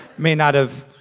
may not have.